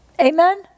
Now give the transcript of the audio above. Amen